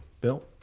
Bill